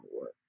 work